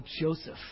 Joseph